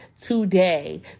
today